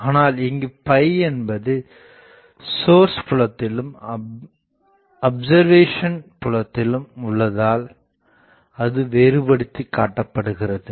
ஆனால் இங்கு என்பது சோர்ஸ்source புலத்திலும் அப்சர்வேசன் புலத்திலும் உள்ளதால் அது வேறுபடுத்தி காட்டப்படுகிறது